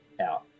out